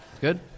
Good